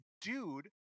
dude